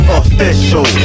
official